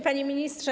Panie Ministrze!